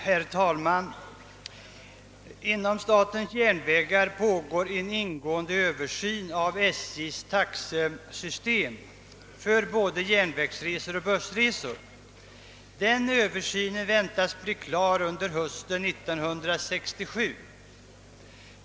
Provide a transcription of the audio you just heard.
Herr talman! Inom statens järnvägar pågår en ingående översyn av SJ:s taxesystem för både järnvägsresor och bussresor. Denna översyn väntas bli klar under hösten 1967.